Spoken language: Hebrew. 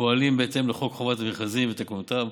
פועלים בהתאם לחוק חובת המכרזים ותקנותיו,